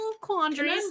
quandaries